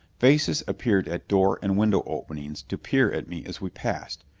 faces appeared at door and window openings to peer at me as we passed.